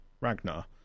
Ragnar